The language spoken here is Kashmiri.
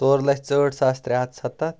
ژور لَچھ ژُہٲٹھ ساس ترٛےٚ ہَتھ سَتَتھ